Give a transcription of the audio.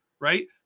right